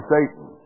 Satan